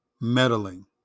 meddling